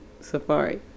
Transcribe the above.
Safari